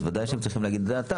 אז בוודאי שהם צריכים להגיד את דעתם.